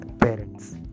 parents